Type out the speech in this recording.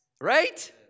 right